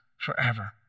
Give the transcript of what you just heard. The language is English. forever